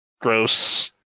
gross